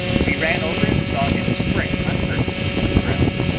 we ran over and saw him spring unhurt from the ground.